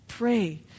Pray